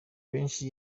benshi